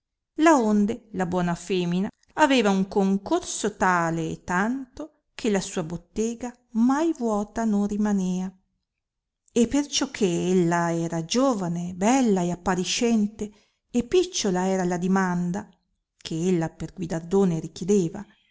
puro laonde la buona femina aveva un concorso tale e tanto che la sua bottega mai vuota non rimanea e perciò che ella era giovane bella e appariscente e picciola era la dimanda che ella per guidardone richiedeva